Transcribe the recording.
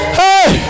hey